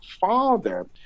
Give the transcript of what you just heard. father